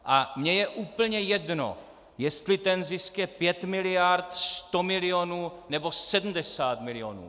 A mně je úplně jedno, jestli ten zisk je pět miliard, sto milionů nebo sedmdesát milionů.